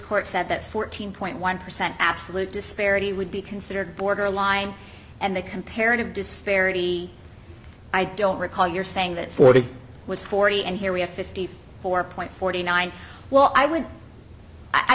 court said that fourteen point one percent absolute disparity would be considered borderline and the comparative disparity i don't recall your saying that forty was forty and here we have fifty four point forty nine well i w